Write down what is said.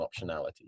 optionality